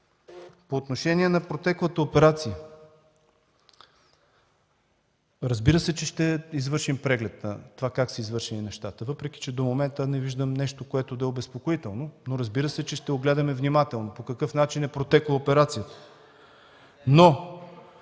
По отношение на протеклата операция. Разбира се, че ще извършим преглед на това как са извършени нещата, въпреки че до момента не виждам нещо, което да е обезпокоително, но, разбира се, че ще огледаме внимателно по какъв начин е протекла операцията.